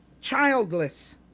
childless